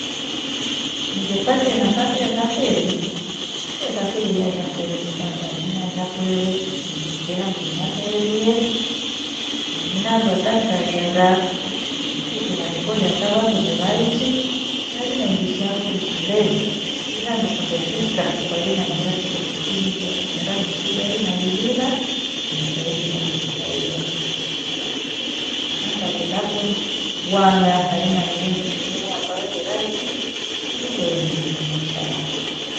Nighepatia nafasi ya safiri nighesarifi iha iha kwerudu Tanzania hia kweru. Hendufuke handu nihafuherie. Enihandu hata nikaghenda nichikunaghikolea ata vandu nivaichi, vairima injishauri kule iha andu kundefika. Kwa hirima ihira kindo kikimilie bishara nziki kweli na ihira nicha irime ikusaidie ena amaisha vapho. Mira nikhangenda pho bwang'a nairima nighende sehemu ambayo thiraichi nihere niendelea na maisha ghakwa.